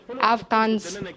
Afghans